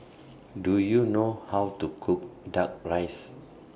Do YOU know How to Cook Duck Rice